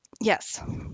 yes